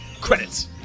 Credits